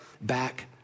back